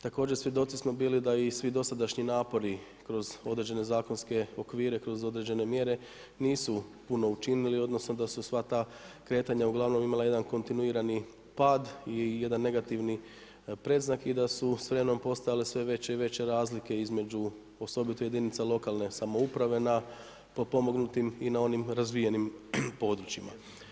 Također svjedoci smo bili da i svi dosadašnji napori, kroz određene zakonske okvire, kroz određene mjere, nisu puno učinili, odnosno, da su sva ta kretanja ugl. imala jedan kontinuirani pad i jedan negativan predznak i da su s vremenom postale sve veće i veće razlike između osobito jedinice lokalne samouprave, na potpomognutim i na onim razvijenim područjima.